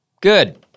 Good